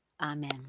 Amen